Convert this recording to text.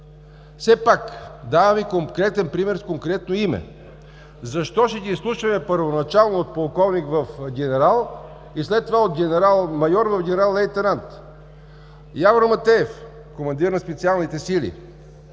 Давам Ви конкретен пример, с конкретно име. Защо ще ги изслушваме първоначално от полковник в генерал и след това от генерал-майор в генерал-лейтенант? Явор Матеев, командир на Специалните сили.